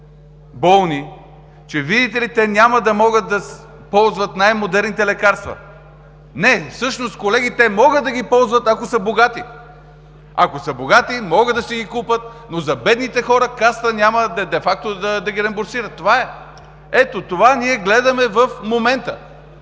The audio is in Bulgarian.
болни, че те, видите ли, няма да могат да ползват най-модерните лекарства. Всъщност, колеги, те могат да ги ползват, ако са богати! Ако са богати, могат да си ги купят, но бедните хора Касата де факто няма да ги реимбурсира. Това е! Ето, това ние гледаме в момента.